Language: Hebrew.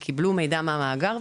וקיבלו מידע מהמאגר,